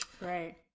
Right